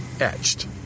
etched